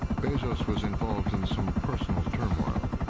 bezos was involved in some personal turmoil.